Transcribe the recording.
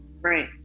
Right